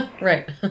Right